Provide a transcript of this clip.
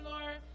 Lord